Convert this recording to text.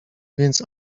więc